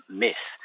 myth